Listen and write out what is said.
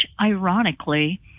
ironically